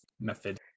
method